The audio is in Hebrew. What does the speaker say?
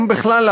אם בכלל,